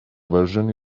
version